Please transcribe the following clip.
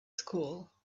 school